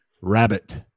Rabbit